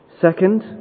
Second